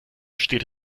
steht